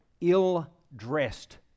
ill-dressed